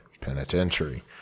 penitentiary